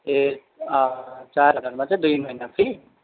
ए चार हजारमा चाहिँ दुई महिना फ्री